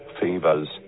fevers